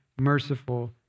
merciful